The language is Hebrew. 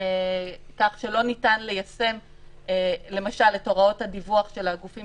כך שלא ניתן ליישם למשל את הוראות הדיווח של הגופים